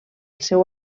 seu